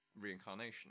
reincarnation